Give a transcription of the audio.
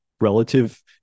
relative